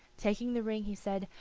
taking the ring, he said,